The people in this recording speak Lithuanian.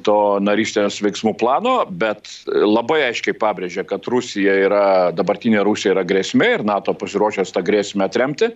to narystės veiksmų plano bet labai aiškiai pabrėžė kad rusija yra dabartinė rusija yra grėsmė ir nato pasiruošęs tą grėsmę atremti